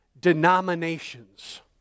denominations